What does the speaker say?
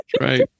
Right